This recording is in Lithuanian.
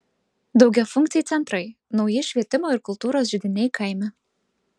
daugiafunkciai centrai nauji švietimo ir kultūros židiniai kaime